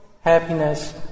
happiness